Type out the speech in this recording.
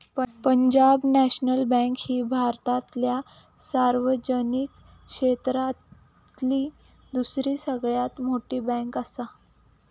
Punjab National Bank ही भारतातल्या सार्वजनिक क्षेत्रातली दुसरी सगळ्यात मोठी बँकआसा